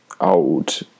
old